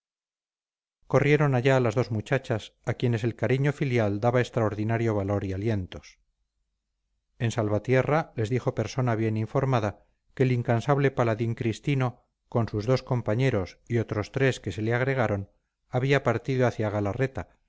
corrieron allá las dos muchachas a quienes el cariño filial daba extraordinario valor y alientos en salvatierra les dijo persona bien informada que el incansable paladín cristino con sus dos compañeros y otros tres que se le agregaron había partido hacia galarreta